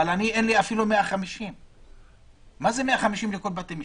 אבל אין לי אפילו 150. מה זה 150 לכל בתי המשפט?